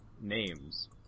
names